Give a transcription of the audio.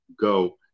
go